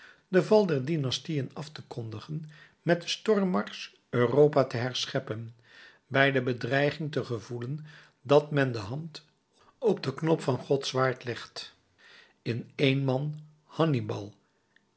den val der dynastieën af te kondigen met den stormmarsch europa te herscheppen bij de bedreiging te gevoelen dat men de hand op den knop van gods zwaard legt in één man hannibal